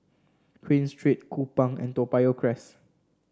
Queen Street Kupang and Toa Payoh Crest